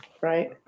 Right